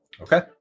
Okay